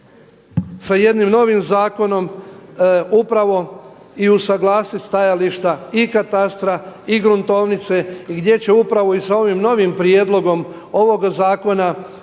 sa jednim novim zakonom upravo i usuglasiti stajališta i katastra i gruntovnice i gdje će upravo i sa ovim novim prijedlogom ovoga zakona